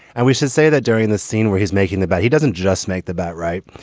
and we should say that during the scene where he's making the bet, he doesn't just make the bet. right.